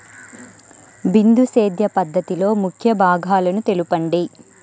బిందు సేద్య పద్ధతిలో ముఖ్య భాగాలను తెలుపండి?